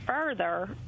Further